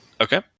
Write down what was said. Okay